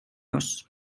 oss